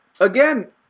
again